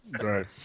Right